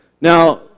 Now